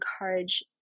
encourage